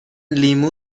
لیمو